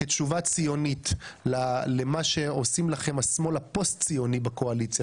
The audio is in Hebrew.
כתשובה ציונית למה שעושים לכם השמאל הפוסט ציוני בקואליציה,